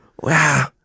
Wow